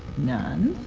none?